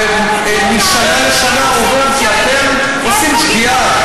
ומשנה לשנה עובר, כי אתם עושים שגיאה.